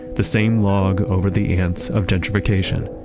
the same log over the ants of gentrification.